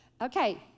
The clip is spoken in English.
okay